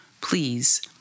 please